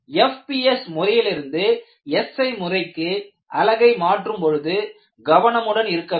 fps முறையிலிருந்து SI முறைக்கு அலகை மாற்றும் பொழுது கவனமுடன் இருக்க வேண்டும்